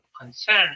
concern